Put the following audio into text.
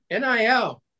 NIL